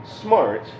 smart